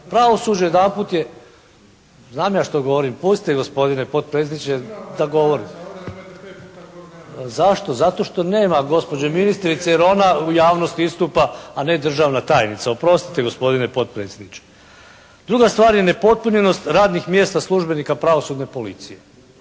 /Govornik nije uključen, ne čuje se./ … **Korenika, Miroslav (SDP)** Zašto? Zato što nema gospođe ministrice jer ona u javnosti istupa, a ne državna tajnica. Oprostite, gospodine potpredsjedniče. Druga stvar je nepopunjenost radnih mjesta službenika pravosudne policije.